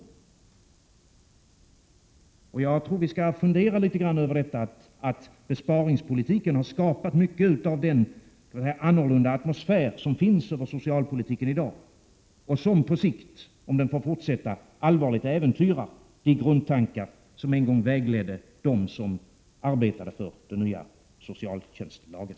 Vi bör nog fundera litet grand på det förhållandet att besparingspolitiken har skapat mycket av den annorlunda atmosfär som finns över socialpolitiken i dag och som på sikt, om den får fortsätta, allvarligt äventyrar de grundtankar som en gång vägledde dem som arbetade för den nya socialtjänstlagen.